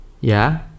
Yeah